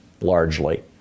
largely